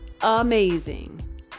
amazing